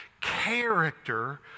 Character